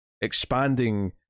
expanding